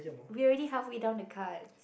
we've already halfway down the card